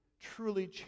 truly